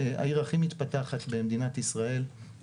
העיר הכי מתפתחת במדינת ישראל,